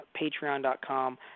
patreon.com